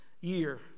year